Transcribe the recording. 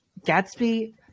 Gatsby